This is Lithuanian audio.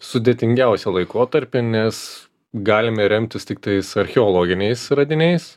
sudėtingiausią laikotarpį nes galime remtis tiktais archeologiniais radiniais